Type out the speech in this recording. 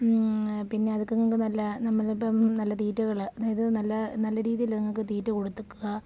പിന്നെ അതുങ്ങൾക്ക് നല്ല നമ്മൾ ഇപ്പം നല്ല തീറ്റകൾ അതായത് നല്ല നല്ല രീതിയിൽ അതുങ്ങൾക്ക് തീറ്റ കൊടുത്തേക്കുക